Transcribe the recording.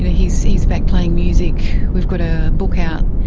and he's he's back playing music, we've got a book out,